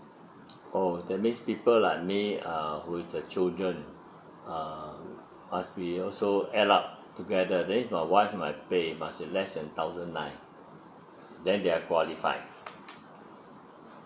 oh that means people like me um who is the children err must be also add up together then uh what am my paid must in less than thousand nine then they're qualified